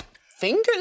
Finger